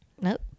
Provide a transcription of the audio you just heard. Nope